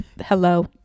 hello